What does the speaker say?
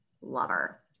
lover